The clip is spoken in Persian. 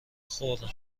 خوردم